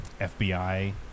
FBI